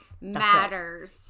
matters